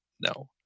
No